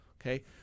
Okay